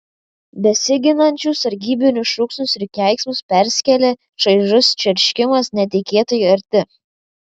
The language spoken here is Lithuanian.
besiginančių sargybinių šūksnius ir keiksmus perskėlė čaižus čerškimas netikėtai arti